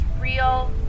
real